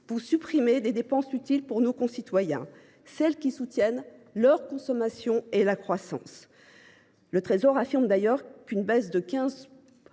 vous supprimerez des dépenses utiles pour nos concitoyens, celles qui soutiennent leur consommation et la croissance. Le Trésor précise d’ailleurs qu’une baisse de 15